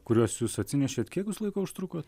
kuriuos jūs atsinešėt kiek jūs laiko užtrukot